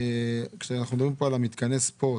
כשאנחנו מדברים פה על מתקני הספורט,